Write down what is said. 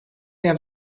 der